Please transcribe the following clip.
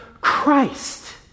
Christ